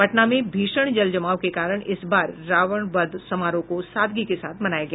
पटना में भीषण जल जमाव के कारण इस बार रावण वध समारोह को सादगी के साथ मनाया गया